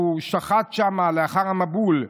לאחר המבול,